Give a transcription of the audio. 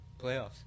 playoffs